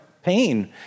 Pain